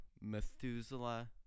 Methuselah